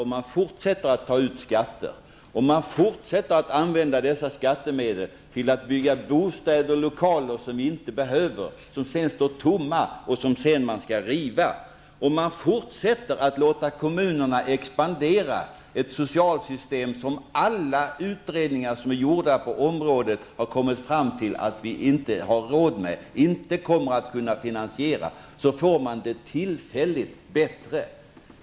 Om man fortsätter att ta ut skatter, fortsätter att använda dessa skattemedel till att bygga bostäder och lokaler som inte behövs, som sedan står tomma och måste rivas, fortsätter att låta kommunerna expandera -- ett socialsystem som alla utredningar som är gjorda på området har kommit fram till att vi inte har råd med, inte kommer att kunna finansiera -- är det klart att det tillfälligt blir bättre.